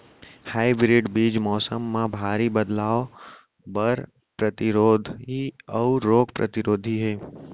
hybrid बीज मौसम मा भारी बदलाव बर परतिरोधी अऊ रोग परतिरोधी हे